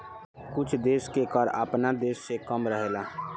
कुछ देश के कर आपना देश से कम रहेला